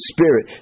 Spirit